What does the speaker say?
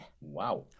Wow